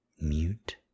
Mute